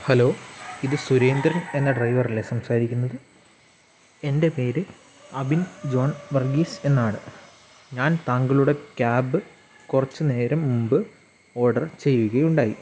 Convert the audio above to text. hello ഇത് സുരേന്ദ്രൻ എന്ന ഡ്രൈവറല്ലെ സംസാരിക്കുന്നത് എന്റെ പേര് അബിൻ ജോൺ വർഗ്ഗീസ് എന്നാണ് ഞാൻ താങ്കളുടെ ക്യാബ് കുറച്ചു നേരം മുമ്പ് ഓഡർ ചെയ്യുകയുണ്ടായി